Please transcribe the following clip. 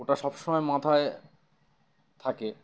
ওটা সব সমময় মাথায় থাকে